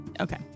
Okay